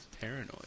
paranoid